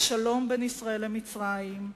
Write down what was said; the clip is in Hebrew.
לשלום בין ישראל למצרים,